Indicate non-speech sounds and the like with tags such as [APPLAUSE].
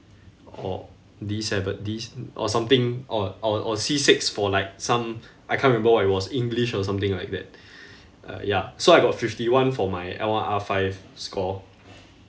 or D seven D s~ or something or or or C six for like some I can't remember what it was english or something like that [BREATH] ya so I got fifty-one for my L one R five score